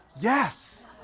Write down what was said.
yes